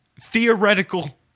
theoretical